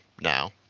now